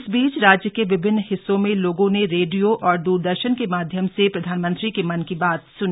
इस बीच राज्य के विभिन्न हिस्सों में लोगों ने रेडियो और द्रदर्शन के माध्यम से प्रधानमंत्री के मन की बात सुनी